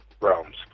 realms